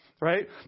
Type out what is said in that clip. right